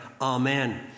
Amen